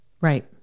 right